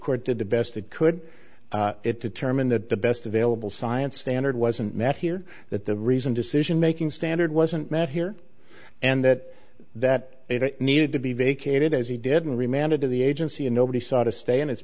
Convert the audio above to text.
court did the best it could determine that the best available science standard wasn't met here that the reasoned decision making standard wasn't met here and that that it needed to be vacated as he didn't remain to the agency and nobody saw to stay and it's